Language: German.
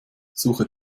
suche